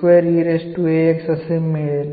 ഉപയോഗിച്ച് മാറ്റിയെഴുതുന്നു എന്നാണ്